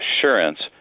assurance